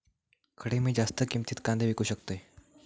खडे मी जास्त किमतीत कांदे विकू शकतय?